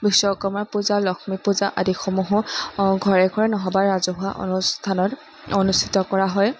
বিশ্বকৰ্মাৰ পূজা লক্ষ্মী পূজা আদিসমূহো ঘৰে ঘৰে নহ'বা ৰাজহুৱা অনুষ্ঠানত অনুষ্ঠিত কৰা হয়